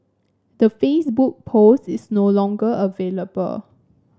the Facebook post is no longer available